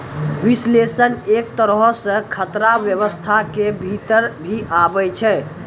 विश्लेषण एक तरहो से खतरा व्यवस्था के भीतर भी आबै छै